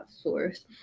source